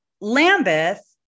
Lambeth